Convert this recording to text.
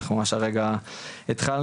אנחנו ממש הרגע התחלנו.